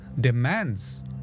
demands